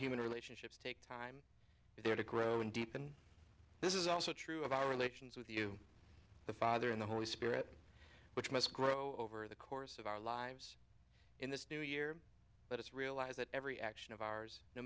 human relationships take time and there to grow in deep and this is also true of our relations with you the father in the holy spirit which must grow over the course of our lives in this new year but it's realize that every action of ours no